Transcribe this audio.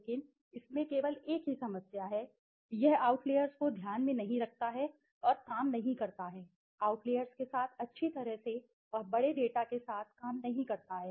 लेकिन इसमें केवल एक ही समस्या है कि यह आउटलेर्स को ध्यान में नहीं रखता है और काम नहीं करता है आउटलेर्स के साथ अच्छी तरह से और बड़े डेटा के साथ काम नहीं करता है